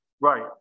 Right